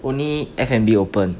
only F&B open